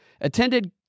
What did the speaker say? attended